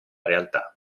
realtà